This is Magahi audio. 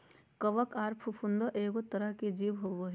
कवक आर फफूंद एगो तरह के जीव होबय हइ